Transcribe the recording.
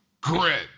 Grit